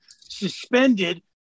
suspended